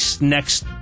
next